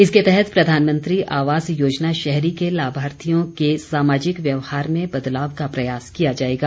इसके तहत प्रधानमंत्री आवास योजना शहरी के लाभार्थियों के सामाजिक व्यवहार में बदलाव का प्रयास किया जाएगा